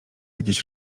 jakieś